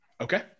Okay